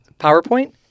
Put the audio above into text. PowerPoint